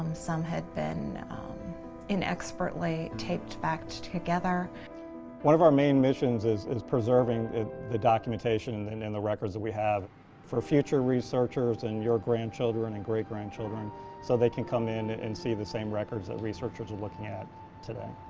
um some had been inexpertly taped back together. plante one of our main missions is is preserving the documentation and and the records that we have for future researchers and your grandchildren and great grandchildren so they can come in and see the same records that researchers are looking at today.